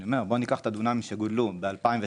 אני אומר: בואו ניקח את הדונמים שגודלו ב-2019,